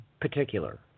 particular